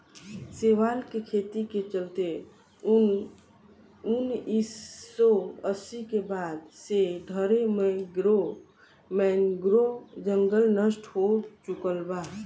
शैवाल के खेती के चलते उनऽइस सौ अस्सी के बाद से ढरे मैंग्रोव जंगल नष्ट हो चुकल बा